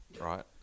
right